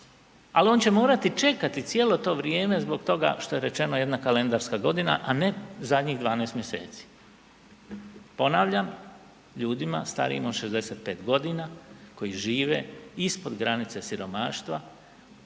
ali on će morati čekati cijelo to vrijeme zbog toga što je rečeno jedna kalendarska godina a ne zadnjih 12 mjeseci. Ponavljam, ljudima starijima od 65 g. koji žive ispod granice siromaštva